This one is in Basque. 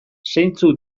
zeintzuk